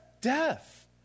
death